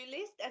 list